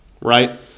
right